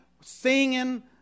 Singing